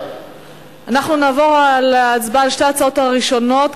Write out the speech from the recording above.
אנחנו נעבור להצבעה על שתי ההצעות הראשונות,